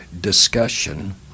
discussion